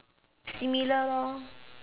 similar lor